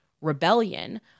rebellion